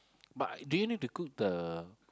but I do you need to cook the